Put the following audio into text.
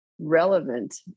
relevant